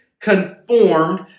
conformed